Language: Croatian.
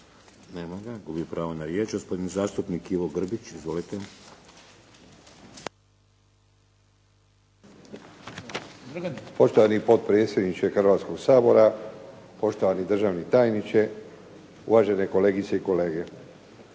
Nema ga. Gubi pravo na riječ. Gospodin zastupnik Ivo Grbić. Izvolite.